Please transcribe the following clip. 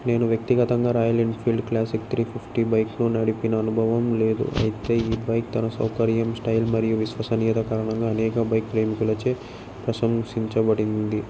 నేను వ్యక్తిగతంగా Royal Enfield Classic three fifty బైక్ను నడిపిన అనుభవం లేదు అయితే ఈ బైక్ తన సౌకర్యం స్టైల్ మరియు విశ్వసనీయత కారణంగా అనేక బైక్ ప్రేమికలచే ప్రశంసించబడింది